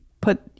put